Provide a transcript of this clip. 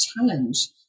challenge